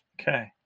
Okay